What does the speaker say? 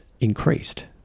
increased